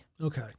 Okay